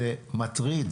זה מטריד.